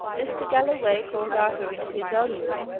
mr. galloway called arthur into his own room,